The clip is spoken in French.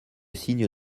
signe